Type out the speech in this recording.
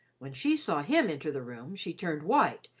when she saw him enter the room, she turned white,